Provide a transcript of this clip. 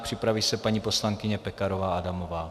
Připraví se paní poslankyně Pekarová Adamová.